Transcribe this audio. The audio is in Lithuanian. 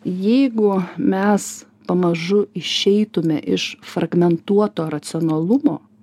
jeigu mes pamažu išeitume iš fragmentuoto racionalumo